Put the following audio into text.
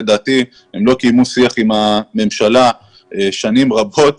לדעתי הם לא קיימו שיח עם הממשלה במשך שנים רבות.